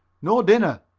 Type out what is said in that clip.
no dinner!